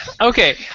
Okay